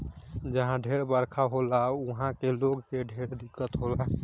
जहा ढेर बरखा होला उहा के लोग के ढेर दिक्कत होला